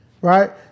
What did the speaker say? right